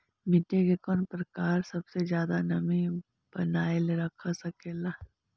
मिट्टी के कौन प्रकार सबसे जादा नमी बनाएल रख सकेला?